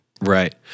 Right